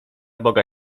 boga